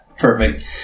Perfect